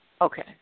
Okay